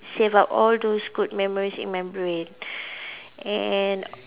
save up all those good memories in my brain and